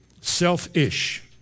selfish